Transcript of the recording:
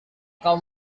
kau